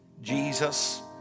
Jesus